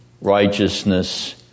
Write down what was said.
righteousness